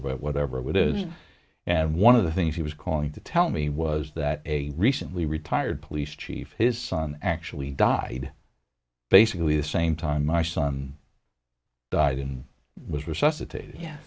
whatever with his and one of the things he was calling to tell me was that a recently retired police chief his son actually died basically the same time my son died and was